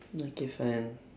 okay fine